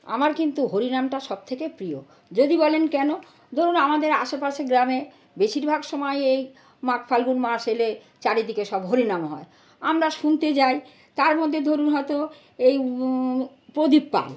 আমার কিন্তু হরিনামটা সবথেকে প্রিয় যদি বলেন কেন ধরুন আমাদের আশেপাশে গ্রামে বেশিরভাগ সময়ে এই মাঘ ফাল্গুন মাস এলে চারিদিকে সব হরিনাম হয় আমরা শুনতে যাই তার মধ্যে ধরুন হয়তো এই প্রদীপ পাল